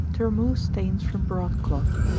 to remove stains from broadcloth.